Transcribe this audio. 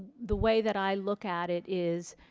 the way that i look at it is